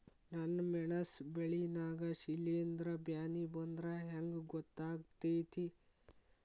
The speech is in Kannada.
ನನ್ ಮೆಣಸ್ ಬೆಳಿ ನಾಗ ಶಿಲೇಂಧ್ರ ಬ್ಯಾನಿ ಬಂದ್ರ ಹೆಂಗ್ ಗೋತಾಗ್ತೆತಿ?